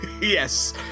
Yes